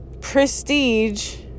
prestige